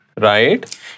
right